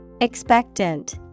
Expectant